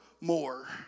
more